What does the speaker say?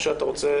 משה ברקת,